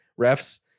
refs